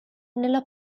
nella